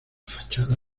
fachada